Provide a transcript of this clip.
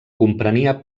comprenia